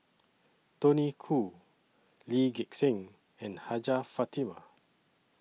Tony Khoo Lee Gek Seng and Hajjah Fatimah